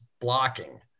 blocking